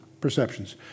perceptions